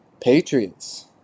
Patriots